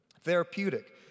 Therapeutic